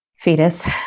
fetus